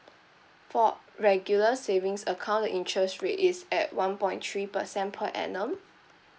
for regular savings account the interest rate is at one point three percent per annum